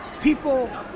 people